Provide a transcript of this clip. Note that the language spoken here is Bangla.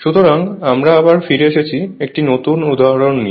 সুতরাং আমরা আবার ফিরে এসেছি একটি নতুন উদাহরণ নিয়ে